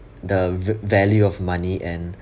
the va~ value of money and